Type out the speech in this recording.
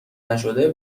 نشده